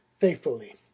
faithfully